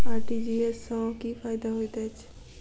RTGS सँ की फायदा होइत अछि?